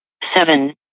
seven